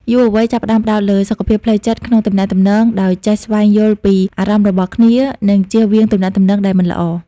យុវវ័យចាប់ផ្ដើមផ្ដោតលើ «សុខភាពផ្លូវចិត្ត» ក្នុងទំនាក់ទំនង ដោយចេះស្វែងយល់ពីអារម្មណ៍របស់គ្នា និងចៀសវាងទំនាក់ទំនងដែលមិនល្អ។